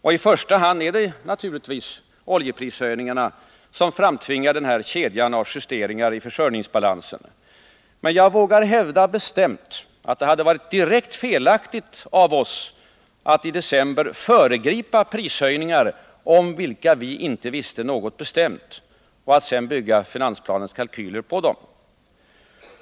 I första hand är det naturligtvis oljeprishöjningarna som framtvingar den här kedjan av justeringar i försörjningsbalansen. Men jag vågar bestämt hävda att det hade varit direkt felaktigt av oss att i december förutskicka prishöjningar om vilka vi inte visste någonting bestämt och att sedan bygga finansplanens kalkyler på dessa.